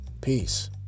Peace